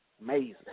Amazing